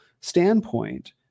standpoint